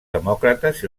demòcrates